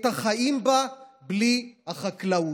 את החיים בה, בלי החקלאות.